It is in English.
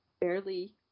Barely